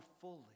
fully